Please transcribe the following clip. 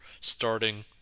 starting